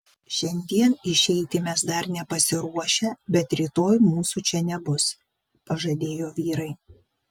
šiandien išeiti mes dar nepasiruošę bet rytoj mūsų čia nebus pažadėjo vyrai